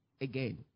again